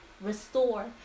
restore